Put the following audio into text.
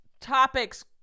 topics